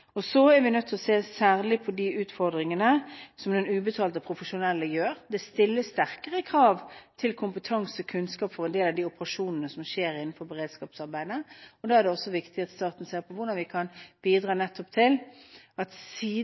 Så er vi nødt til å se særlig på de utfordringene som de ubetalte profesjonelle gjør. Det stilles sterkere krav til kompetanse og kunnskap for en del av de operasjonene som skjer innenfor beredskapsarbeidet, og da er det viktig at staten ser på hvordan man nettopp kan bidra til – siden